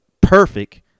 perfect